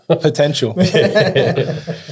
potential